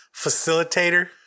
facilitator